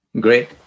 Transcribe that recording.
Great